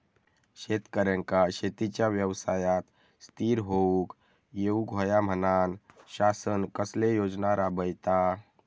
शेतकऱ्यांका शेतीच्या व्यवसायात स्थिर होवुक येऊक होया म्हणान शासन कसले योजना राबयता?